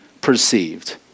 perceived